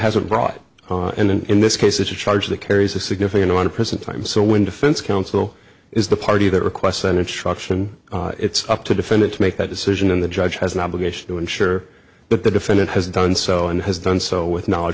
hasn't brought in and in this case it's a charge that carries a significant amount of prison time so when defense counsel is the party that requests senate struction it's up to defendant to make that decision and the judge has an obligation to ensure that the defendant has done so and has done so with knowledge